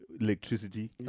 electricity